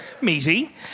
meaty